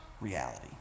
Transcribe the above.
reality